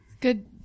Good